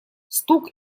стук